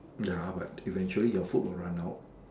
ya but eventually your food will run out